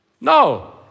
No